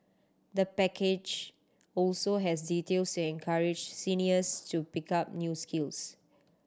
the package also has details encourage seniors to pick up new skills